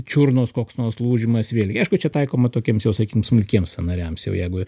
čiurnos koks nors lūžimas vėlgi aišku čia taikoma tokiems jo sakykim smulkiems sąnariams jau jeigu